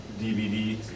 DVD